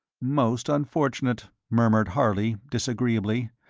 most unfortunate, murmured harley, disagreeably.